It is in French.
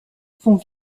font